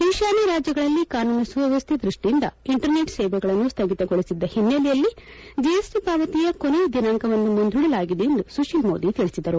ಈಶಾನ್ಯ ರಾಜ್ಯಗಳಲ್ಲಿ ಕಾನೂನು ಸುವ್ಯಸ್ಥತೆ ದೃಷ್ಟಿಯಿಂದ ಇಂಟರ್ ನೆಟ್ ಸೇವೆಗಳನ್ನು ಸ್ವಗಿತಗೊಳಿಸಿದ್ದ ಹಿನೈಲೆಯಲ್ಲಿ ಜೆಎಸ್ಟಿ ಪಾವತಿಯ ಕೊನೆಯ ದಿನಾಂಕವನ್ನು ಮುಂದೂಡಲಾಗಿದೆ ಎಂದು ಸುತೀಲ್ ಮೋದಿ ತಿಳಿಸಿದರು